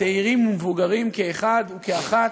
צעירים ומבוגרים כאחד וכאחת.